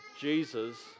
Jesus